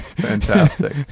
Fantastic